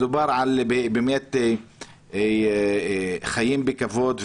מדובר על חיים בכבוד,